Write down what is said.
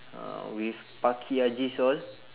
uh with